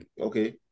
okay